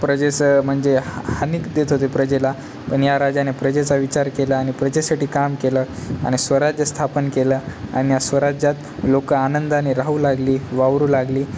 प्रजेचं म्हणजे हा हानिक देत होते प्रजेला पण या राजाने प्रजेचा विचार केला आणि प्रजेसाठी काम केलं आणि स्वराज्य स्थापन केलं आणि या स्वराज्यात लोक आनंदाने राहू लागली वावरू लागली